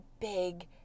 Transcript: big